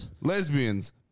lesbians